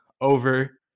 Over